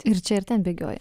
ir čia ir ten bėgioji